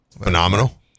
phenomenal